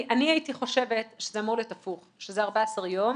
אני הייתי חושבת שזה אמור להיות הפוך שזה 14 יום,